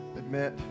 admit